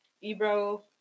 ebro